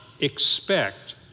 expect